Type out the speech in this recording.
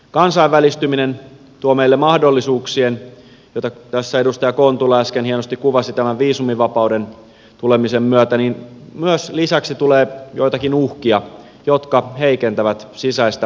kansainvälistyminen tuo meille mahdollisuuksien joita tässä edustaja kontula äsken hienosti kuvasi tämän viisumivapauden tulemisen myötä lisäksi joitakin uhkia jotka heikentävät sisäistä turvallisuuttamme